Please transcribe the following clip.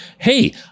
hey